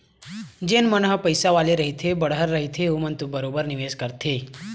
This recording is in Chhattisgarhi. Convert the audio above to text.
जेन मन ह पइसा वाले रहिथे बड़हर रहिथे ओमन तो बरोबर निवेस करथे